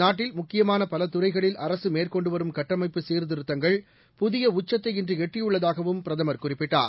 நாட்டில் முக்கியமான பல துறைகளில் அரசு மேற்கொண்டு வரும் கட்டமைப்பு சீர்திருத்தங்கள் புதிய உச்சத்தை இன்று எட்டியுள்ளதாகவும் பிரதமர் குறிப்பிட்டார்